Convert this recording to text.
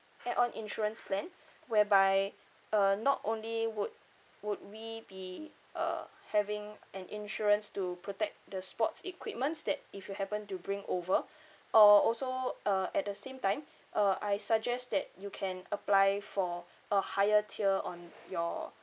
add on insurance plan whereby uh not only would would we be uh having an insurance to protect the sports equipments that if you happen to bring over or also uh at the same time uh I suggest that you can apply for a higher tier on your